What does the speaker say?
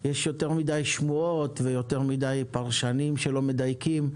יש יותר מדי שמועות ויותר מדי פרשנים שלא מדייקים.